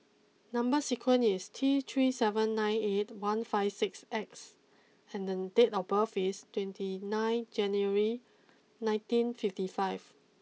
number sequence is T three seven nine eight one five six X and then date of birth is twenty nine January nineteen fifty five